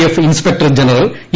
F inspector general A